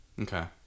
Okay